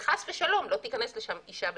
וחס ושלום, לא תיכנס לשם אישה בבידוד,